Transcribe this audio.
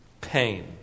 pain